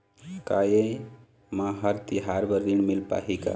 का ये म हर तिहार बर ऋण मिल पाही?